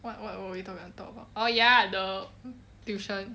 what what were we going to talk about oh ya the tuition